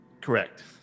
Correct